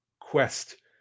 quest